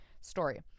story